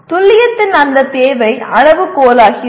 துல்லியத்தின் அந்த தேவை அளவுகோலாகிறது